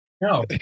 no